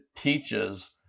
teaches